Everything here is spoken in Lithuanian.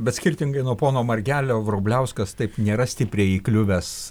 bet skirtingai nuo pono margelio vrubliauskas taip nėra stipriai įkliuvęs